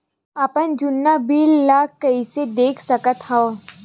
अपन जुन्ना बिल ला कइसे देख सकत हाव?